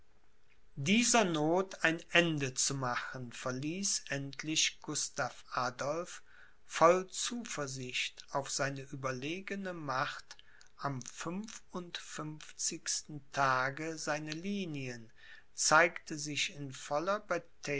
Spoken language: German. dieser noth ein ende zu machen verließ endlich gustav adolph voll zuversicht auf seine überlegene macht am fünfundfünfzigsten tage seine linien zeigte sich in